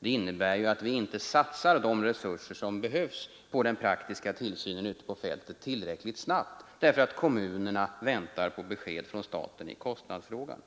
Det innebär ju att man inte satsar de resurser som behövs på den praktiska tillsynen ute på fältet tillräckligt snabbt, därför att kommunerna väntar på besked från staten i kostnadsfrågan.